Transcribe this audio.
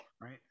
right